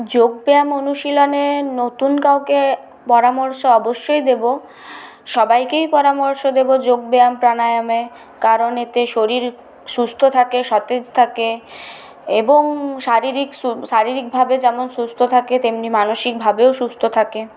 যোগব্যায়াম অনুশীলনে নতুন কাউকে পরামর্শ অবশ্যই দেব সবাইকেই পরামর্শ দেব যোগব্যায়াম প্রাণায়ামের কারণ এতে শরীর সুস্থ থাকে সতেজ থাকে এবং শারীরিক শারীরিকভাবে যেমন সুস্থ থাকে তেমনি মানসিকভাবেও সুস্থ থাকে